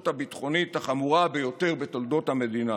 הביטחונית החמורה ביותר בתולדות המדינה.